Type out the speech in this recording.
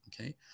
Okay